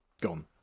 gone